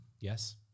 yes